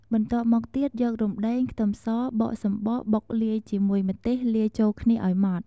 បន្ទាប់មកទៀតយករំដេង ខ្ទឹមស បកសំបក បុកលាយជាមួយម្ទេស លាយចូលគ្នាឱ្យម៉ដ្ឋ ។